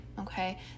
Okay